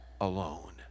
alone